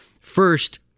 First